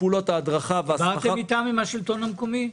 דיברתם עם השלטון המקומי?